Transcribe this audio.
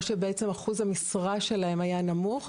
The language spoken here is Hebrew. או שבעצם אחוז המשרה שלהן היה נמוך,